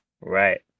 Right